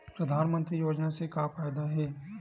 परधानमंतरी योजना से का फ़ायदा हे?